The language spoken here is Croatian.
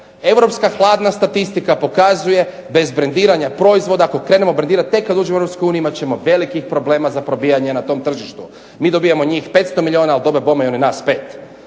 Europska hladna statistika pokazuje bez brendiranja proizvoda ako krenemo brendirati tek kad uđemo u EU imat ćemo velikih problema za probijanje na tom tržištu. Mi dobivamo od njih 500 milijuna, a od toga bome i oni nas 5.